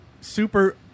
super